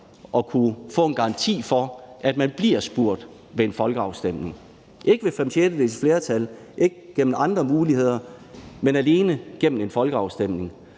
at kunne få en garanti for, at man bliver spurgt ved en folkeafstemning – ikke ved fem sjettedeles flertal, ikke gennem andre muligheder, men alene gennem en folkeafstemning.